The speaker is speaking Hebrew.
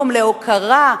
יום להוקרה,